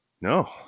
no